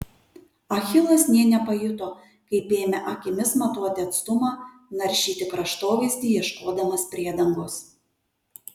achilas nė nepajuto kaip ėmė akimis matuoti atstumą naršyti kraštovaizdį ieškodamas priedangos